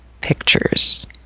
pictures